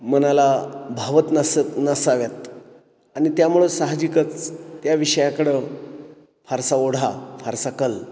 मनाला भावत नसत नसाव्यात आणि त्यामुळं साहजिकच त्या विषयाकडं फारसा ओढा फारसा कल